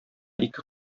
ике